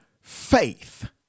faith